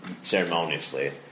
ceremoniously